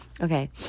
Okay